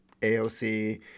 AOC